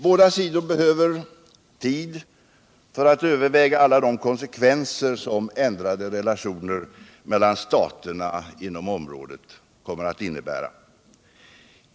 Båda sidor behöver tid för att överväga alla de konsekvenser, som ändrade relationer mellan staterna inom området kommer att innebära.